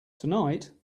tonight